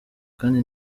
kandi